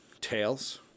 Tails